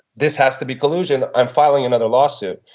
this has to be collusion. i'm filing another lawsuit.